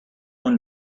own